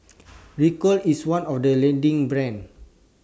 Ricola IS one of The leading brands